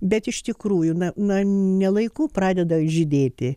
bet iš tikrųjų na na ne laiku pradeda žydėti